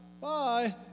bye